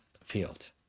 field